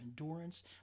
endurance